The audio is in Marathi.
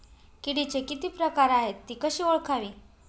किडीचे किती प्रकार आहेत? ति कशी ओळखावी?